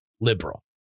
liberal